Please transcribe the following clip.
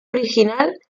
original